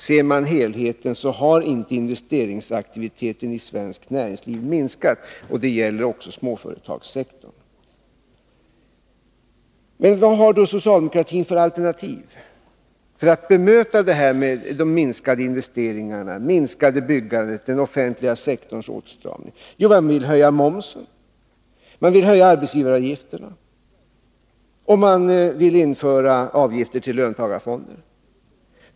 Ser man till helheten, har investeringsaktiviteten i svenskt näringsliv inte minskat. Det gäller även småföretagssektorn. Vad har då socialdemokratin för alternativ för att bemöta detta med de minskade investeringarna, det minskade byggandet och den offentliga sektorns åtstramning? Jo, man vill höja momsen och arbetsgivaravgifterna och införa en avgift till löntagarfonderna.